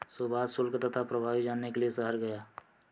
सुभाष शुल्क तथा प्रभावी जानने के लिए शहर गया